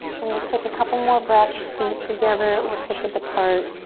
and just take a couple more breaths, feet together or hip width apart.